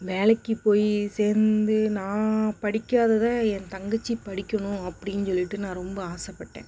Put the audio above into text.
வேலைக்கு போய் சேர்ந்து நான் படிக்காததை என் தங்கச்சி படிக்கணும் அப்படின்னு சொல்லிட்டு நான் ரொம்ப ஆசைப்பட்டேன்